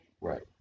Right